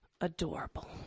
adorable